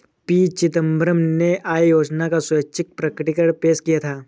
P Chidambaram ने आय योजना का स्वैच्छिक प्रकटीकरण पेश किया था